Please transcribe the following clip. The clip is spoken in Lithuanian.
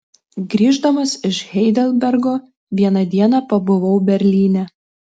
grįždamas iš heidelbergo vieną dieną pabuvau berlyne